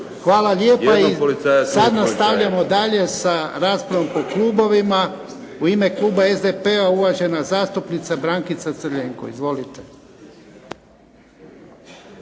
Hvala lijepa. Nastavljamo dalje sa raspravom po klubovima. U ime kluba SDP-a uvažena zastupnica Brankica Crljenko. Izvolite.